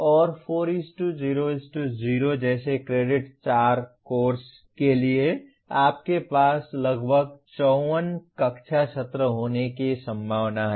और 4 0 0 जैसे 4 credit course के लिए आपके पास लगभग 54 कक्षा सत्र होने की संभावना है